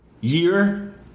Year